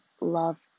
love